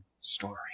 story